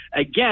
Again